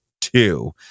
two